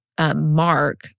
Mark